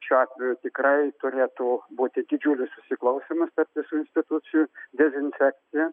šiuo atveju tikrai turėtų būti didžiulis susiklausymas tarp visų institucijų dezinfekcija